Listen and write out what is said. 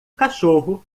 cachorro